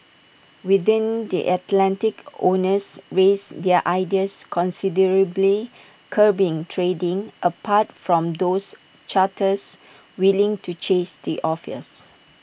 within the Atlantic owners raised their ideas considerably curbing trading apart from those charters willing to chase the offers